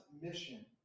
mission